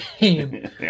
game